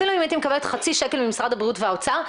אפילו אם הייתי מקבלת חצי שקל ממשרד הבריאות והאוצר,